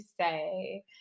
say